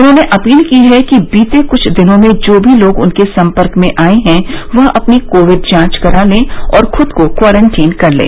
उन्होंने अपील की है कि बीते कुछ दिनों में जो लोग भी उनके सम्पर्क में आये हैं वह अपनी कोविड जांच करा लें और खुद को क्वारन्टीन कर लें